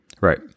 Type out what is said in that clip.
right